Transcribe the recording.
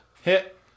Hit